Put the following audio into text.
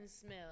smell